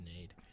need